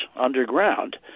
underground